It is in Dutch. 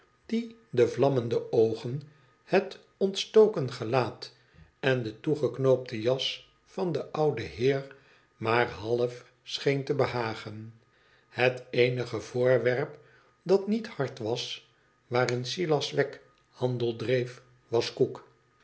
die de vlammende oogen het ontstoken gelaat en de toegeknoopte jas van den ouden heer maar half scheen te behagen het eenige voorwerp dat niet hard was waarin silas wegg handel dreef was koek